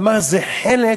והוא אמר: זה חלק